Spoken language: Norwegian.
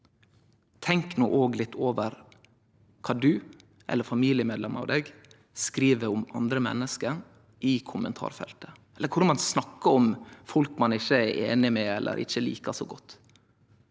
tenk òg litt over kva du eller familiemedlemer skriv om andre menneske i kommentarfeltet, eller korleis ein snakkar om folk ein ikkje er einig med eller ikkje likar så godt.